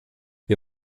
wir